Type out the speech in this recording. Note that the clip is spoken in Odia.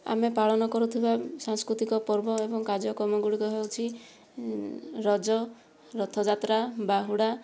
ଆମେ ପାଳନ କରୁଥିବା ସାଂସ୍କୃତିକ ପର୍ବ ଏବଂ କାର୍ଯ୍ୟକ୍ରମଗୁଡ଼ିକ ହେଉଛି ରଜ ରଥଯାତ୍ରା ବାହୁଡ଼ା